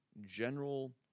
general